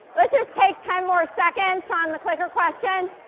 let's just take ten more a seconds on the clicker question.